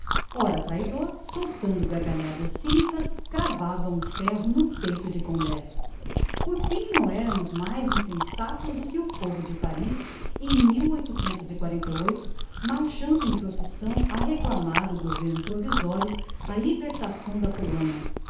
soltas ora traidor soltando gargalhadas cynicas cravava um ferro no peito de condé por fim não eramos mais insensatos do que o povo de paris em mas anto em procissão a reclamar do governo provisorio a libertação da polonia